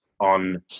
on